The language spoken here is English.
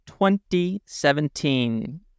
2017